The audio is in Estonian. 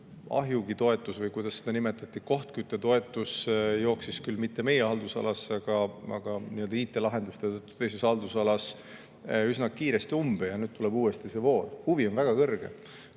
ahjutoetus või kuidas seda nimetati, kohtküttetoetus jooksis küll mitte meie haldusalasse, aga IT-lahenduste, teises haldusalas üsna kiiresti umbe ja nüüd tuleb uuesti see voor. Huvi on väga kõrge.